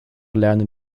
lernen